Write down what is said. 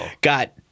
Got